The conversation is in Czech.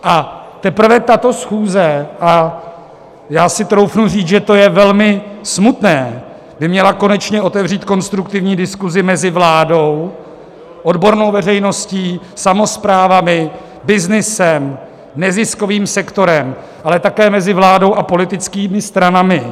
A teprve tato schůze a já si troufnu říct, že to je velmi smutné by měla konečně otevřít konstruktivní diskuzi mezi vládou, odbornou veřejností, samosprávami, byznysem, neziskovým sektorem, ale také mezi vládou a politickými stranami.